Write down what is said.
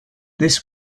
this